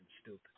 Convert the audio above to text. stupid